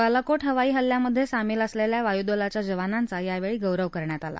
बालाको हवाई हल्ल्यामध्य झामील असलखा वायुदलाच्या जवानांचा यावळी गौरव करण्यात आला